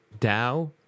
DAO